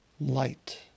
light